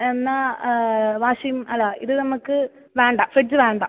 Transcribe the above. എന്നാൽ വാഷിംഗ് അല്ല ഇത് നമ്മൾക്ക് വേണ്ട ഫ്രിഡ്ജ് വേണ്ട